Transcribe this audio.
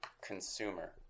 consumer